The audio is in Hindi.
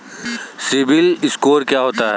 सिबिल स्कोर क्या होता है?